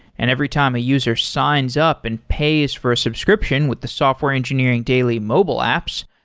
and every time a user signs up and pays for a subscription with the software engineering daily mobile apps,